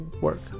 work